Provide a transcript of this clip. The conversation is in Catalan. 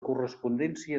correspondència